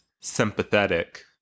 sympathetic